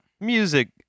music